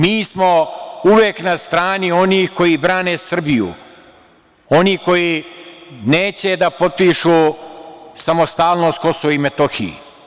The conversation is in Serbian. Mi smo uvek na strani onih koji brane Srbiju, onih koji neće da potpišu samostalnost Kosovu i Metohiji.